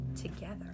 together